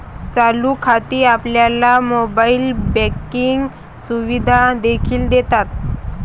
चालू खाती आपल्याला मोबाइल बँकिंग सुविधा देखील देतात